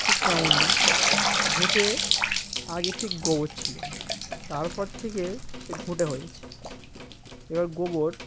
ঠিক তেমনই ঘুঁটে আগে ঠিক গোবর ছিল তারপর থেকে সে ঘুঁটে হয়েছে এবার গোবর